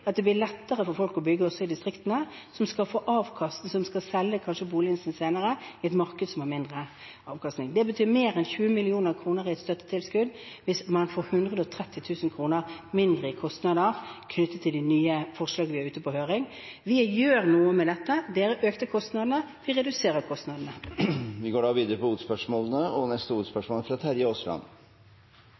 at det blir lettere for folk å bygge også i distriktene, hvor man kanskje skal selge boligen sin senere, i et marked som har mindre avkastning. Det betyr mer enn 20 mill. kr i et støttetilskudd hvis man får 130 000 kr mindre i kostnader, knyttet til de nye forslagene vi har ute på høring. Vi gjør noe med dette. De økte kostnadene. Vi reduserer kostnadene. Vi går videre til neste hovedspørsmål. Statsbudsjettet har medført en betydelig klimadebatt. De færreste er